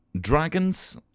dragons